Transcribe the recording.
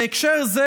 בהקשר זה,